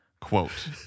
quote